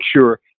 sure